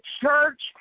church